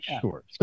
sure